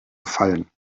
gefallen